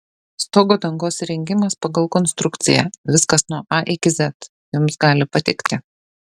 stogo dangos įrengimas pagal konstrukciją viskas nuo a iki z jums gali patikti